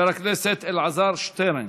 חבר הכנסת אלעזר שטרן.